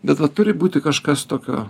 be vat turi būti kažkas tokio